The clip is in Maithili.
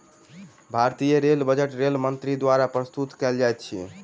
भारतीय रेल बजट रेल मंत्री द्वारा प्रस्तुत कयल जाइत अछि